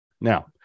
Now